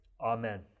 Amen